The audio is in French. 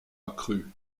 accru